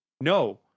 no